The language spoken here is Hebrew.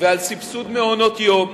ועל סבסוד מעונות יום